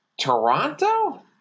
Toronto